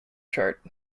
chart